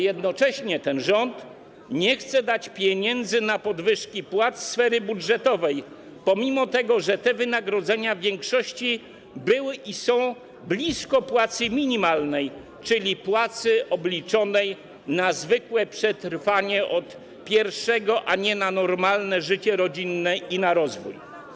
Jednocześnie ten rząd nie chce dać pieniędzy na podwyżki płac dla sfery budżetowej, mimo że te wynagrodzenia w większości były i są bliskie płacy minimalnej, czyli płacy obliczonej na zwykłe przetrwanie do pierwszego, a nie na normalne życie rodzinne i rozwój.